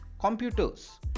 computers